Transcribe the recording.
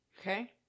Okay